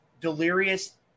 Delirious